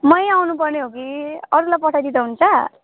मै आउनुपर्ने हो कि अरूलाई पठाइदिँदा हुन्छ